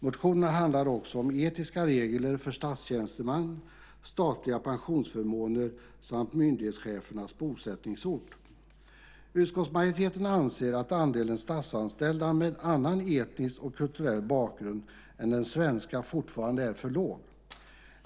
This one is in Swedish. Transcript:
Motionerna handlar också om etiska regler för statstjänstemän, statliga pensionsförmåner samt myndighetschefernas bosättningsort. Utskottsmajoriteten anser att andelen statsanställda med annan etnisk och kulturell bakgrund än den svenska fortfarande är för låg.